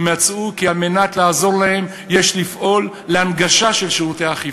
מצאו כי על מנת לעזור להם יש לפעול להנגשה של שירותי אכיפה,